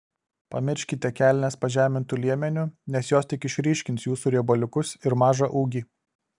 pamirškite kelnes pažemintu liemeniu nes jos tik išryškins jūsų riebaliukus ir mažą ūgį